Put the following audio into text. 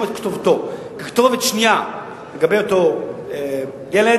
את כתובתו ככתובת שנייה לגבי אותו ילד,